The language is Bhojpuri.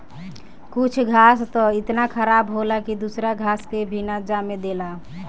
कुछ घास त इतना खराब होला की दूसरा घास के भी ना जामे देला